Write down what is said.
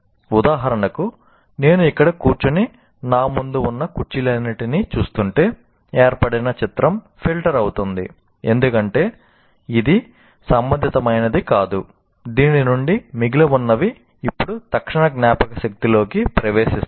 ఉదాహరణకు నేను ఇక్కడ కూర్చుని నా ముందు ఉన్న కుర్చీలన్నింటినీ చూస్తుంటే ఏర్పడిన చిత్రం ఫిల్టర్ అవుతుంది ఎందుకంటే ఇది సంబంధితమైనది కాదు దీని నుండి మిగిలి ఉన్నవి ఇప్పుడు తక్షణ జ్ఞాపకశక్తిలోకి ప్రవేశిస్తాయి